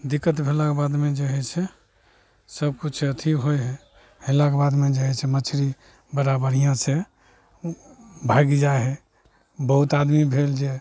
दिक्कत भेलाके बादमे जे हइ से सबकिछु अथी होइ हइ हेललाके बादमे जे हइ से मछरी बड़ा बढ़िआँसे ओ भागि जाइ हइ बहुत आदमी भेल जे